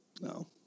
no